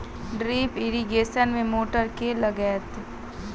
Drip irrigation मे motor केँ लागतै?